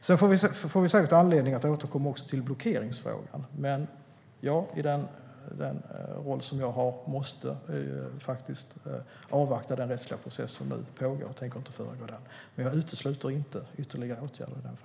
Sedan får vi säkert anledning att återkomma också till blockeringsfrågan. I den roll jag har måste jag dock avvakta den rättsliga process som nu pågår. Jag tänker inte föregripa den, men jag utesluter inte ytterligare åtgärder.